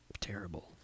terrible